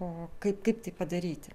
o kaip kaip tai padaryti